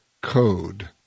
code